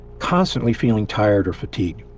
constantly feeling tired or fatigued,